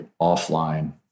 offline